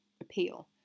appeal